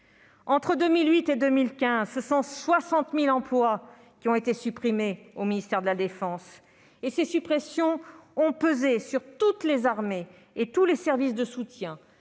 Entre 2008 et 2015, 60 000 emplois ont été supprimés au sein du ministère de la défense. Ces suppressions ont pesé sur toutes les armées et sur tous les services de soutien